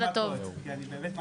הוא הולך לצד הטוב.